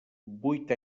vuit